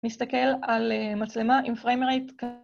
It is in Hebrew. נסתכל על מצלמה עם frame rate.